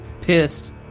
pissed